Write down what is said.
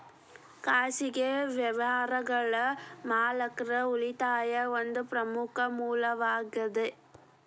ಖಾಸಗಿ ವ್ಯವಹಾರಗಳ ಮಾಲೇಕರ ಉಳಿತಾಯಾ ಒಂದ ಪ್ರಮುಖ ಮೂಲವಾಗೇದ